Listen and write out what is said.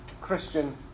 Christian